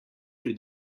pri